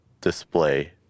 display